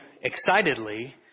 excitedly